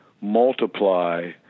multiply